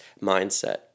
mindset